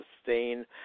sustain